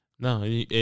No